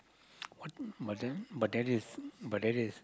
what but that but that is but that is